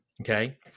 Okay